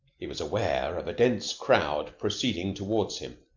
he was aware of a dense crowd proceeding toward him.